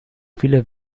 viele